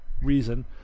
reason